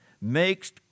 makes